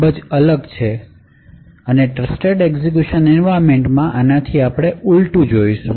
જ અલગ છે કે જેમા આપણે આના થી ઉલટું જોઇશું